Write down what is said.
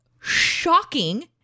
shocking